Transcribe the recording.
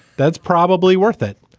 that's probably worth it.